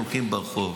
הולכים ברחוב.